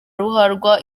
ruharwa